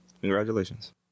Congratulations